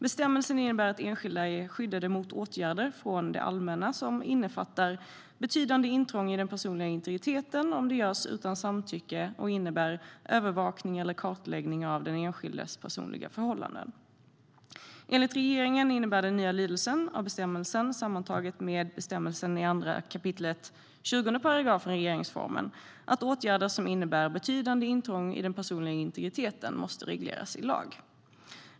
Bestämmelsen innebär att enskilda är skyddade mot åtgärder från det allmänna som innefattar betydande intrång i den personliga integriteten om det görs utan samtycke och innebär övervakning eller kartläggning av den enskildes personliga förhållanden. Enligt regeringen innebär den nya lydelsen av bestämmelsen sammantaget med bestämmelsen i 2 kap. 20 § regeringsformen att åtgärder som innebär betydande intrång i den personliga integriteten måste regleras i lag.